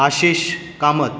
Ashish Kamat